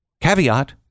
Caveat